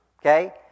Okay